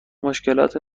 مشکلات